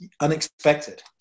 unexpected